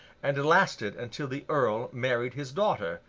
and lasted until the earl married his daughter,